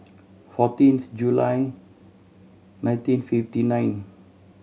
fourteenth July nineteen fifty ninth